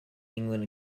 england